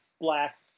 black